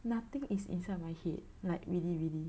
nothing is inside my head like really really